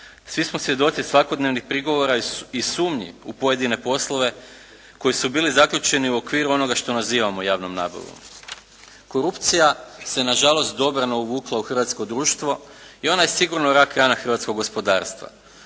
Svi smo svjedoci svakodnevnih prigovora i sumnji u pojedine poslove koji su bili zaključeni u okviru onoga što nazivamo javnom nabavom. Korupcija se nažalost dobrano uvukla u hrvatsko društvo i ona je sigurno rak rana hrvatskog gospodarstva.